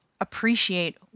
appreciate